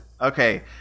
okay